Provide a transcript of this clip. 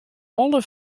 alle